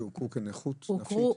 שהוכרו כנכות נפשית?